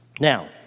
Now